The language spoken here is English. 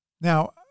Now